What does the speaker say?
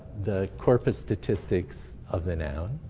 the corpus statistics of the noun.